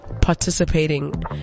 ...participating